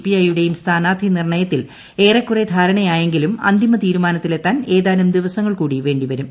PI യുടെയും സ്ഥാനാർത്ഥി നിർണ്ണയത്തിൽ ഏറെക്കുറെ ധാരണയായെങ്കിലും അന്തിമ തീരുമാനത്തിലെത്താൻ ഏതാനും ദിവസങ്ങൾ കൂടി വേണ്ടിവരും